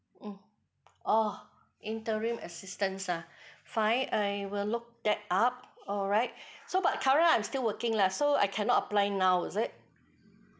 mm orh interim assistance ah fine I will look that up alright so but current I'm still working lah so I cannot applying now is it